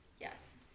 Yes